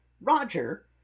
Roger